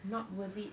not worth it